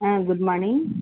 good morning